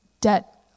debt